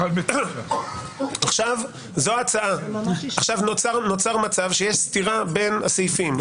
--- עכשיו נוצר מצב שיש סתירה בין הסעיפים.